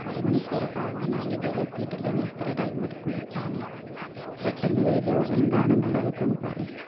ഇപ്പം അരമണിക്കൂറൊക്കെ ആവാനായി ഇതുവരെ എത്തീട്ടില്ല ഇനിയെത്ര ടൈമെട്ക്കും കിട്ടാൻ പെട്ടന്ന് വര്വോ എന്താണ്ള്ളതെന്നൊക്കെ ഒന്ന് പറയു